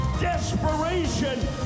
Desperation